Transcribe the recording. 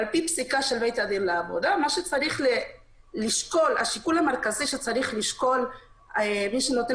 לפי פסיקת בית הדין לעבודה השיקול המרכזי שצריך לשקול מי שנותן